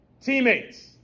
Teammates